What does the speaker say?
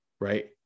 right